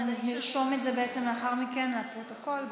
נרשום לאחר מכן בפרוטוקול.